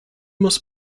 muss